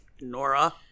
Nora